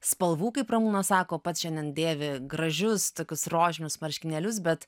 spalvų kaip ramūnas sako pats šiandien dėvi gražius tokius rožinius marškinėlius bet